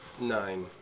Nine